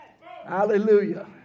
Hallelujah